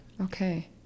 Okay